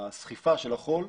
הסחיפה של החול.